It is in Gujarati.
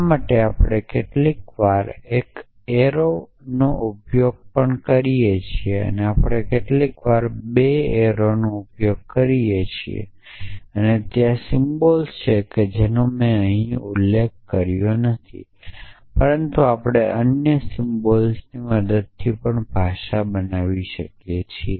આ માટે આપણે કેટલીકવાર એક એરોનો ઉપયોગ પણ કરીએ છીએ આપણે કેટલીકવાર 2 એરોનો ઉપયોગ કરીએ છીએ અને ત્યાં સિમ્બલ્સ છે જેનો મેં અહીં ઉલ્લેખ કર્યો નથી પરંતુ આપણે અન્ય સિમ્બલ્સની મદદથી ભાષા બનાવી શકીએ છીએ